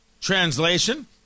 Translation